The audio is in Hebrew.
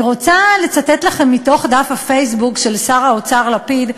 אני רוצה לצטט לכם מתוך דף הפייסבוק של שר האוצר לפיד,